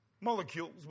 molecules